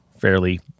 fairly